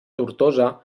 tortosa